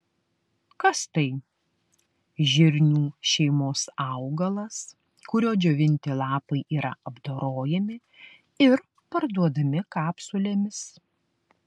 kas tai žirnių šeimos augalas kurio džiovinti lapai yra apdorojami ir parduodami kapsulėmis